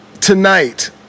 tonight